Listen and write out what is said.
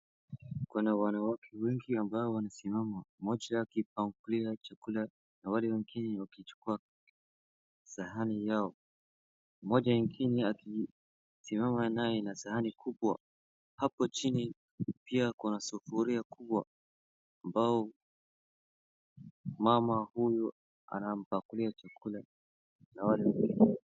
Kuna wanawake wengi ambao wamesimama mmoja akipakulia chakula na wale wengine wakichukua sahani yao ,mmoja ingine akisimama naye na sahani kubwa. Hapa chini pia kuna sufuria kubwa ambao mama huyu anampakulia chakula na wale wengine.